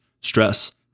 stress